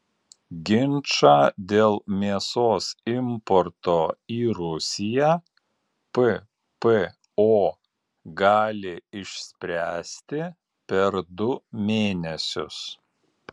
ginčą dėl mėsos importo į rusiją ppo gali išspręsti per du mėnesius